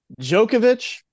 Djokovic